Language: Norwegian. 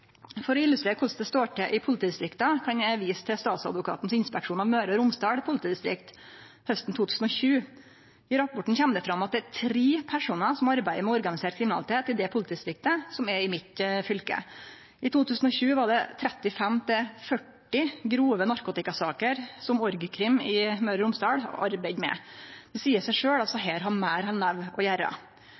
For å illustrere korleis det står til i politidistrikta, kan eg vise til statsadvokatens inspeksjon av Møre og Romsdal politidistrikt hausten 2020. I rapporten kom det fram at det var tre personar som arbeidde med organisert kriminalitet i det politidistriktet, som er i mitt fylke. I 2020 var det 35–40 grove narkotikasaker, som org.krim i Møre og Romsdal arbeidde med. Det seier seg sjølv at desse har meir enn nok å